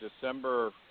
December